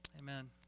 amen